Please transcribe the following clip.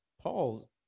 Paul